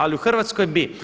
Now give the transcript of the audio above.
Ali u Hrvatskoj bi.